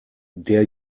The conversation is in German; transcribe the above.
der